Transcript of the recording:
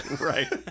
Right